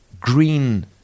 green